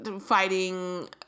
fighting